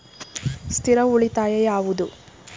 ಸ್ಥಿರ ಉಳಿತಾಯ ಯಾವುದು?